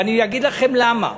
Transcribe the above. ואני אגיד לכם למה: